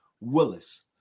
Willis